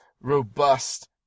Robust